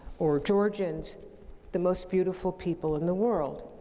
or georgians the most beautiful people in the world